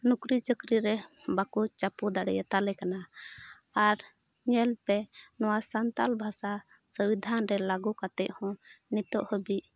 ᱱᱚᱠᱨᱤ ᱪᱟᱹᱠᱨᱤ ᱨᱮ ᱵᱟᱠᱚ ᱪᱟᱯᱚ ᱫᱟᱲᱮᱭᱟ ᱛᱟᱞᱮ ᱠᱟᱱᱟ ᱟᱨ ᱧᱮᱞᱯᱮ ᱱᱚᱣᱟ ᱥᱟᱱᱛᱟᱞ ᱵᱷᱟᱥᱟ ᱥᱚᱝᱵᱤᱫᱷᱟᱱ ᱨᱮ ᱞᱟᱹᱜᱩ ᱠᱟᱛᱮᱫ ᱦᱚᱸ ᱱᱤᱛᱚᱜ ᱦᱟᱹᱵᱤᱡ